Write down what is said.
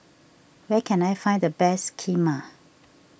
where can I find the best Kheema